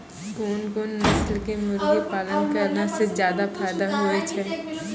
कोन कोन नस्ल के मुर्गी पालन करला से ज्यादा फायदा होय छै?